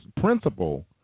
principle